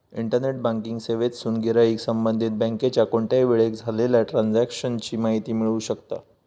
internet banking सेवेतसून गिराईक संबंधित बँकेच्या कोणत्याही वेळेक झालेल्या ट्रांजेक्शन ची माहिती मिळवू शकता